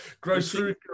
grocery